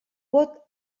vot